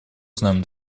знаем